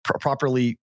properly